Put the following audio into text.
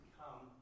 come